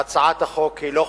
שהצעת החוק היא לא חוקתית,